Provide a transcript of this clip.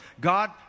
God